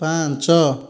ପାଞ୍ଚ